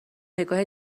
نگاه